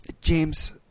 James